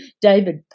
David